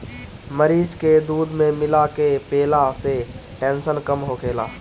मरीच के दूध में मिला के पियला से टेंसन कम होखेला